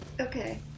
Okay